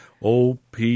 OP